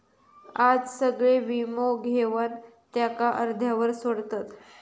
आज सगळे वीमो घेवन त्याका अर्ध्यावर सोडतत